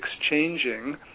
exchanging